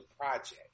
project